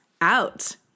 out